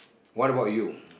what about you